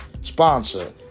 sponsor